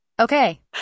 okay